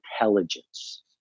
intelligence